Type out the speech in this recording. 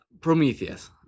Prometheus